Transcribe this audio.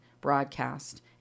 broadcast